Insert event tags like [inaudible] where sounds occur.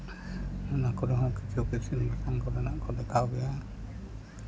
ᱚᱱᱟ ᱠᱚᱨᱮᱦᱚᱸ ᱠᱤᱪᱷᱩ ᱠᱤᱪᱷᱩ [unintelligible] ᱜᱮᱭᱟ